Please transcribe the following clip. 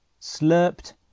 slurped